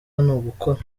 ugukora